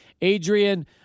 Adrian